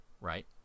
right